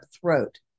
throat